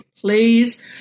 please